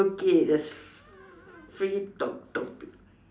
okay there's free talk topic